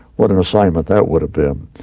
what an assignment that would have been.